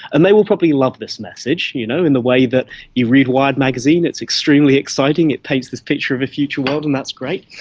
and they will probably love this message. you know, in the way that you read wired magazine, it is extremely exciting, it paints this picture of a future world and that's great.